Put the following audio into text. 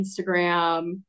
Instagram